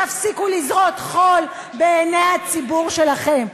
תפסיקו לזרות חול בעיני הציבור שלכם.